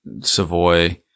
Savoy